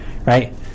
right